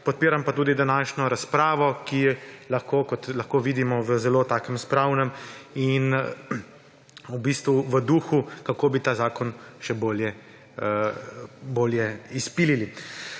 Podpiram pa tudi današnjo razpravo, ki lahko, kot lahko vidimo, v zelo takem spravnem in v bistvu v duhu, kako bi ta zakon še bolje izpilili.